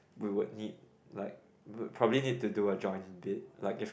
we would need like would probably need to do a join bid like if